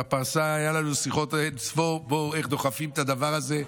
בפרסה היו לנו אין-ספור שיחות איך דוחפים את הדבר הזה.